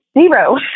zero